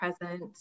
present